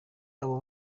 abo